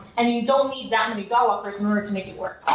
and you don't need that many dog walkers in order to make it work.